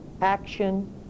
action